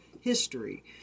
history